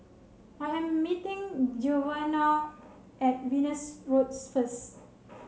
I am meeting Giovanna at Venus Road first